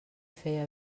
feia